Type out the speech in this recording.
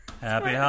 Happy